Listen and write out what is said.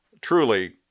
truly